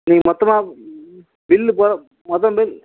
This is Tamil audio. நீங்கள் மொத்தமாக பில்லு போட முத